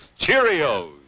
Cheerios